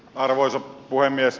arvoisa puhemies